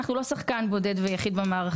אנחנו לא שחקן בודד ויחיד במערכה.